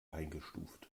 eingestuft